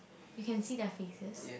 you can see their faces